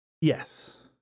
Yes